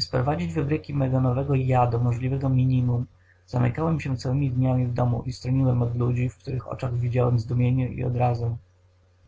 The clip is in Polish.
sprowadzić wybryki mego nowego ja do możliwego minimum zamykałem się całymi dniami w domu i stroniłem od ludzi w których oczach widziałem zdumienie i odrazę